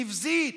נבזית.